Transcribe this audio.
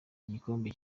igikombe